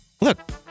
look